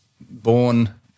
born